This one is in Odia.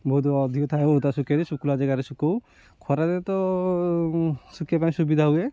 ବହୁତ ଅଧିକ ଥାଉ ଶୁଖେଇରେ ଶୁଖିଲା ଜାଗାରେ ଶୁଖଉ ଖରାଦିନେ ତ ଶୁଖିବା ପାଇଁ ସୁବିଧା ହୁଏ